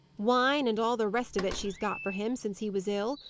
wine, and all the rest of it, she's got for him, since he was ill.